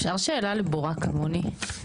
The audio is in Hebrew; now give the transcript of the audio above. אפשר שאלה לבורה כמוני?